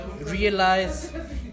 realize